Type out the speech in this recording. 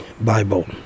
Bible